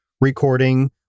recording